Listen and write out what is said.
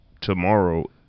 tomorrow